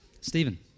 Stephen